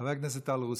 חבר הכנסת טל רוסו,